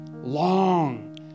Long